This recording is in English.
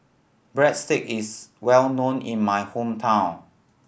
breadsticks is well known in my hometown